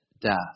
death